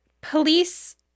Police